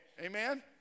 Amen